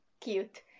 cute